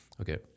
Okay